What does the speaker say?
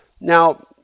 Now